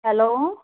hello